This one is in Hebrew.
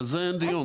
על זה אין דיון.